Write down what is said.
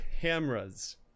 cameras